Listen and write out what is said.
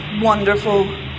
Wonderful